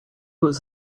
was